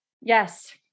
yes